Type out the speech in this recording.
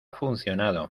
funcionado